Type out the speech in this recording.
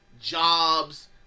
jobs